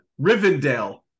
Rivendell